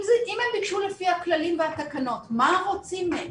אם הם ביקשו לפי הכללים והתקנות מה רוצים מהם?